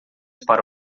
para